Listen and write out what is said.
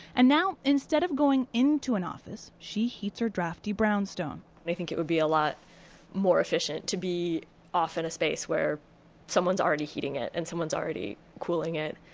and now, instead of going into an office, she heats her drafty brownstone i think it would be a lot more efficient to be off in a space where someone's already heating it and someone's already cooling it,